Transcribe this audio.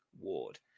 Ward